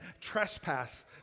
trespass